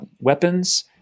weapons